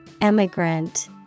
Emigrant